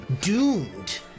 doomed